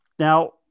Now